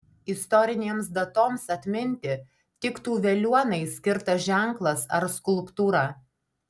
istorinėms datoms atminti tiktų veliuonai skirtas ženklas ar skulptūra